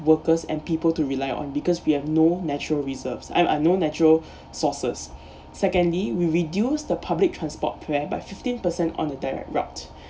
workers and people to rely on because we have no natural reserves ah ah no natural sources secondly we reduce the public transport where by fifteen percent on a direct route